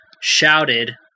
shouted